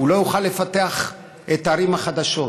לא יוכל לפתח את הערים החדשות.